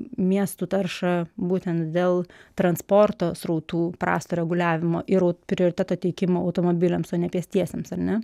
miestų taršą būtent dėl transporto srautų prasto reguliavimo ir au prioriteto teikimo automobiliams o ne pėstiesiems ar ne